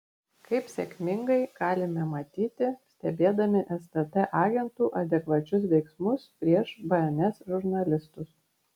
kaip sėkmingai galime matyti stebėdami stt agentų adekvačius veiksmus prieš bns žurnalistus